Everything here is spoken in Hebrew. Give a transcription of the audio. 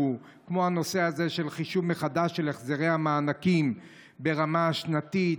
כמו הנושא הזה של חישוב מחדש של החזרי המענקים ברמה שנתית,